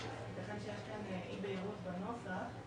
שיש אי בהירות בנוסח.